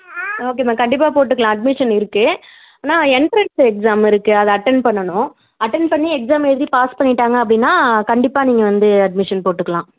ஓகேம்மா கண்டிப்பாக போட்டுக்கலாம் அட்மிஷன் இருக்குது ஆனால் என்ட்ரன்ஸ் எக்ஸாம் இருக்குது அதை அட்டென்ட் பண்ணணும் அட்டென்ட் பண்ணி எக்ஸாம் எழுதி பாஸ் பண்ணிட்டாங்க அப்படின்னா கண்டிப்பாக நீங்கள் வந்து அட்மிஷன் போட்டுக்கலாம்